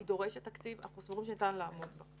היא דורשת תקציב, ואנחנו סבורים שניתן לעמוד בה.